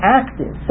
active